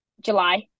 July